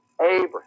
Abraham